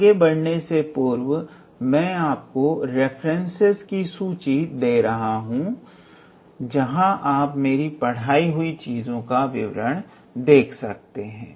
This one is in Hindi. आगे बढ़ने से पूर्व मैं आपको रेफरेंसेस की सूची दे रहा हूं जहां आप मेरी पढ़ाई हुई चीजों का विवरण देख सकते हैं